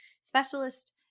specialist